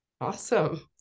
Awesome